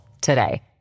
today